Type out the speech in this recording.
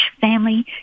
family